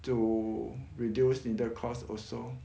to reduce 你的 cost also